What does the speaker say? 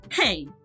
Hey